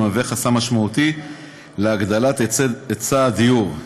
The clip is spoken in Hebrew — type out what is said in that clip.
שהוא חסם משמעותי בפני הגדלת היצע הדירות,